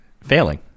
failing